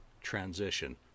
transition